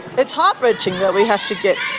it's heart wrenching that we have to get